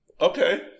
Okay